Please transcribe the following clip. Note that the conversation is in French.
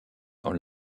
dans